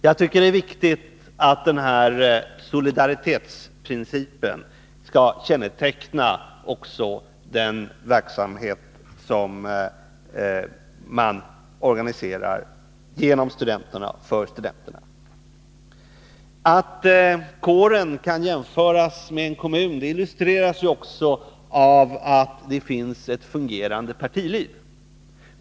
Jag tycker att det är viktigt att denna solidaritetsprincip skall känneteckna också den verksamhet som man organiserar genom studenterna och för studenterna. Att kåren kan jämföras med en kommun illustreras också av att det finns ett fungerande partiliv.